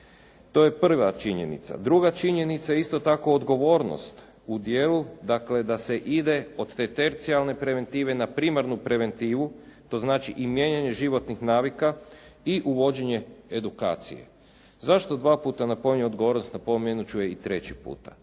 To je prva činjenica. Druga činjenica, isto tako, odgovornost u djelu, dakle da se ide od te tercijarne preventive na primarnu preventivu, to znači i mijenjanje životnih navika i uvođenje edukacije. Zašto dva puta napominjem odgovornost, napomenut ću je i treći puta.